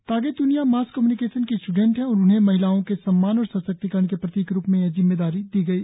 तागे Tuniya mass communication की student हैं और उन्हें महिलाओं के सम्मान और सशक्तिकरण के प्रतीक के रुप में यह जिम्मेदारी दी गई